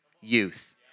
youth